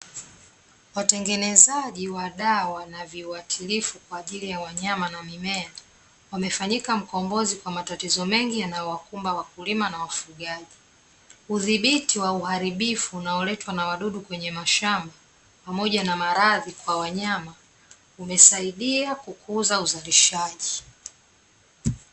Watengenezaji wa dawa na viwatilifu kwa ajili ya wanyama na mimea, wamefanyika mkombozi kwa matatizo mengi yanayowakumba wakulima na wafugaji. Udhibiti wa uharibifu unaoletwa na wadudu kwenye mashamba pamoja na maradhi kwa wanyama umesaidia kukuza uzalishaji.